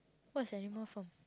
what's animal farm